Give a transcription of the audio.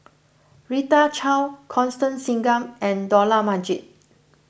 Rita Chao Constance Singam and Dollah Majid